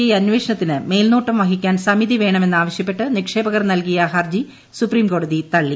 I കേസിൽ അന്വേഷണത്തിന് മേൽനോട്ട്് വഹിക്കാൻ സമിതി വേണമെന്നാവശ്യപ്പെട്ട് നിക്ഷേപകർ നൽകിയ ഹർജി സുപ്രീം കോടതി തള്ളി